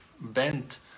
bent